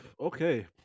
okay